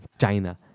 China